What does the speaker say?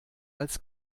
als